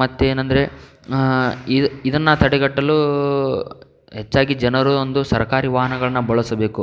ಮತ್ತೇನಂದರೆ ಇದು ಇದನ್ನು ತಡೆಗಟ್ಟಲೂ ಹೆಚ್ಚಾಗಿ ಜನರು ಒಂದು ಸರ್ಕಾರಿ ವಾಹನಗಳನ್ನು ಬಳಸಬೇಕು